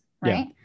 right